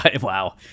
wow